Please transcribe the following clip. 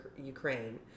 Ukraine